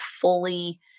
fully